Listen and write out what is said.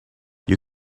you